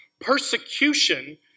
persecution